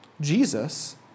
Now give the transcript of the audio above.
Jesus